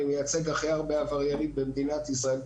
אני מייצג הכי הרבה עבריינים במדינת ישראל,